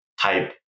type